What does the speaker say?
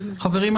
חברים,